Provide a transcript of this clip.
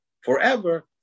forever